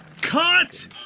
Cut